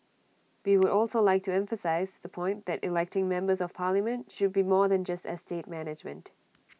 we would also like to emphasise the point that electing members of parliament should be more than just estate management